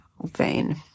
vein